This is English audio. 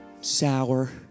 sour